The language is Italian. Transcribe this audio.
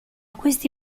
questi